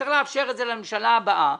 צריך לאפשר את זה לממשלה הבאה,